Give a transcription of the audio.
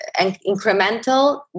incremental